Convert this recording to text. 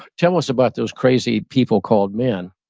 tell us about those crazy people called men.